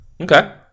Okay